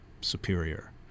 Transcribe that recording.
superior